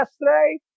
yesterday